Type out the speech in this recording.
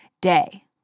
day